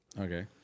Okay